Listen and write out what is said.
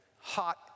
hot